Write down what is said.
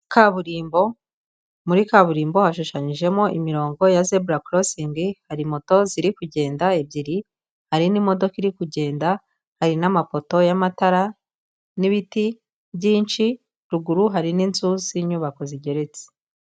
Kaburimbo, muri kaburimbo hashushanyijemo imirongo ya zebura korosingi, hari moto ziri kugenda ebyiri, hari n'imodoka iri kugenda, hari n'amapoto y'amatara, n'ibiti byinshi, ruguru hari n'inzu z'inyubako zigeretse.